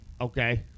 Okay